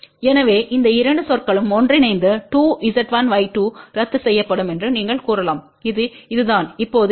எனவேஇந்த இரண்டு சொற்களும் ஒன்றிணைந்து2 Z1Y2 ரத்துசெய்யப்படும்என்று நீங்கள் கூறலாம்இது இதுதான் இப்போதுZ12Y22